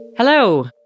Hello